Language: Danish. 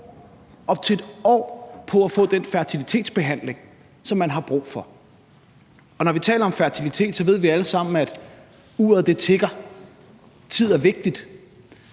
op til et år på at få den fertilitetsbehandling, som man har brug for. Og når vi taler om fertilitet, ved vi alle sammen, at uret tikker, og at tid er vigtigt.